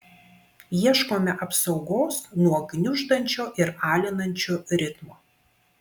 ieškome apsaugos nuo gniuždančio ir alinančio ritmo